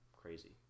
crazy